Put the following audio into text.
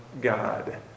God